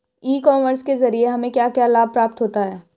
ई commerce के ज़रिए हमें क्या क्या लाभ प्राप्त होता है?